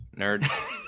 Nerd